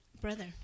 Brother